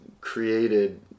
created